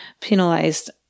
penalized